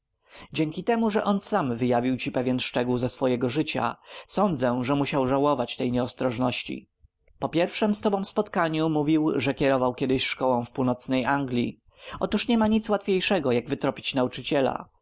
dzięki temu że on sam wyjawił ci pewien szczegół ze swego życia sądzę że musiał żałować tej nieostrożności przy pierwszem z tobą spotkaniu mówił że kierował kiedyś szkołą w północnej anglii otóż niema nic łatwiejszego jak wytropić nauczyciela